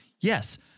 Yes